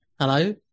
hello